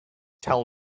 tell